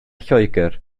lloegr